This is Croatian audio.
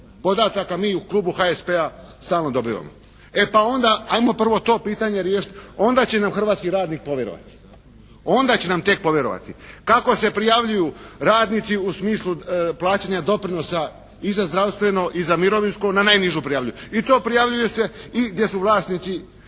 Podataka mi u klubu HSP-a stalno dobivamo. E pa onda ajmo prvo to pitanje riješiti onda će nam hrvatski radnik povjerovati, onda će nam tek povjerovati. Kako se prijavljuju radnici u smislu plaćanja doprinosa i za zdravstveno i za mirovinsko? Na najniže prijavljuju. I to prijavljuje se i gdje su vlasnici